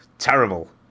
terrible